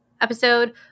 episode